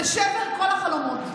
זה שבר כל החלומות.